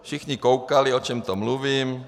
Všichni koukali, o čem to mluvím. .